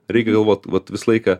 reikia galvot vat visą laiką